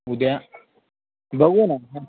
उद्या बघू ना हां